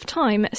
time